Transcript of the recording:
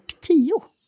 tio